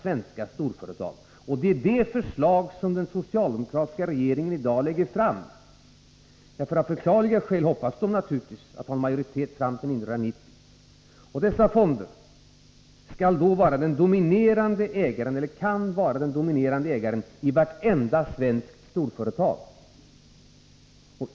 Det är det förslag som den socialdemokratiska regeringen i dag lägger fram — av förklarliga skäl hoppas man naturligtvis att ha majoritet fram till 1990. Fonderna kan då vara den dominerande ägaren i vartenda svenskt storföretag.